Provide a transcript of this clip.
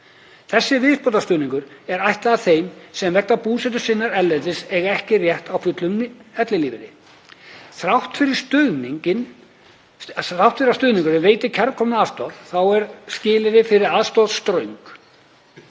Þessi viðbótarstuðningur er ætlaður þeim sem vegna búsetu sinnar erlendis eiga ekki rétt á fullum ellilífeyri. Þrátt fyrir að stuðningurinn veiti kærkomna aðstoð þá eru skilyrðin fyrir aðstoðinni ströng.